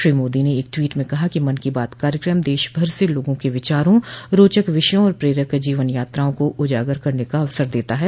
श्री मोदी ने एक टवीट में कहा कि मन की बात कार्यक्रम देशभर से लोगों के विचारों रोचक विषयों और प्रेरक जीवन यात्राओं को उजागर करने का अवसर देता है